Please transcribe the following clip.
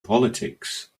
politics